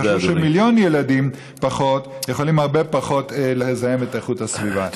הם חשבו שמיליון ילדים פחות יכולים הרבה פחות לזהם את הסביבה.